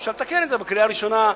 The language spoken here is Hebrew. אפשר לתקן את זה בקריאה ראשונה.